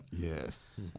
yes